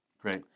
Great